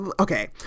okay